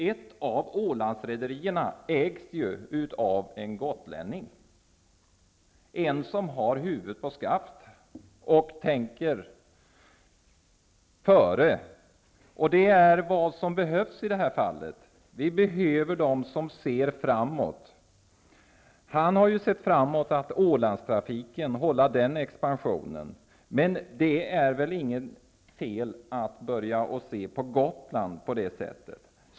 Ett av Ålandsrederierna ägs ju av en gotlänning -- en gotlänning som har huvudet på skaft och tänker efter före. Det är vad som behövs i det här fallet. Vi behöver folk som ser framåt. Den här gotlänningen har ju förutsett Ålandstrafikens expansion, men det är väl inte fel att se på Gotland på samma sätt.